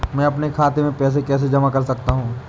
मैं अपने खाते में पैसे कैसे जमा कर सकता हूँ?